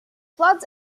floods